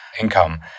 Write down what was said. income